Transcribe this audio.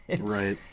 Right